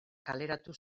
kaleratu